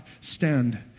stand